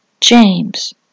James